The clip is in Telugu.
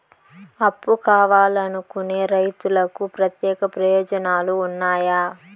అప్పు కావాలనుకునే రైతులకు ప్రత్యేక ప్రయోజనాలు ఉన్నాయా?